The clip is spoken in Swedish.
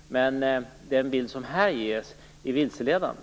Men den bild som här ges är vilseledande.